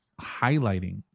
highlighting